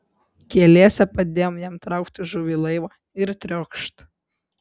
keliese padėjom jam traukti žuvį į laivą ir triokšt